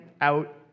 out